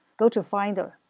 go to finder,